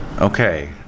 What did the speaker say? Okay